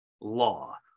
law